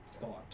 thought